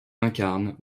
incarne